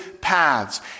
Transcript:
paths